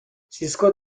سیسکو